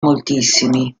moltissimi